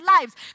lives